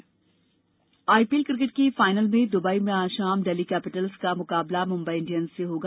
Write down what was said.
IPL IPL cricket के final में Dubai में आज शाम डेल्ही कैपिटल्सा का सामना मुम्बई इंडियन्स से होगा